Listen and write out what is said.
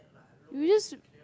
you use